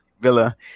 Villa